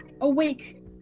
awake